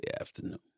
afternoon